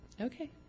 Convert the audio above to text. Okay